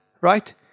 right